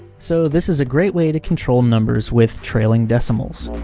so this is a great way to control numbers with trailing decimals.